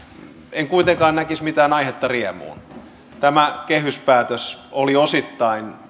en kuitenkaan näkisi mitään aihetta riemuun tämä kehyspäätös oli osittain